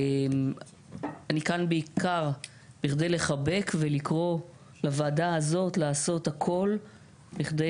אני כאן בעיקר בכדי לחבק ולקרוא לוועדה הזאת לעשות הכול בכדי